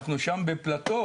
אנחנו שם בפלטו,